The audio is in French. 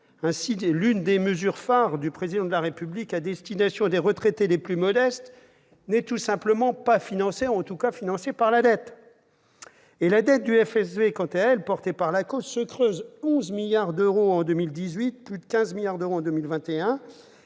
Ainsi, l'une des mesures phares du Président de la République à destination des retraités les plus modestes n'est tout simplement pas financée, ou l'est par la dette ! Quant à la dette du FSV, portée par l'ACOSS, elle se creuse : 11 milliards d'euros en 2018, plus de 15 milliards en 2021.